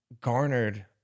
garnered